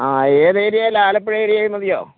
ആ ഏത് ഏരിയേലാ ആലപ്പുഴ ഏരിയേൽ മതിയോ